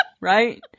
Right